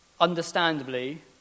Understandably